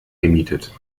gemietet